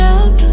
up